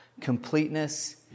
completeness